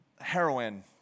heroin